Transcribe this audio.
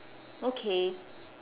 okay